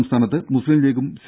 സംസ്ഥാനത്ത് മുസ്സിം ലീഗും സി